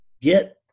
get